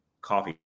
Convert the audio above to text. Coffee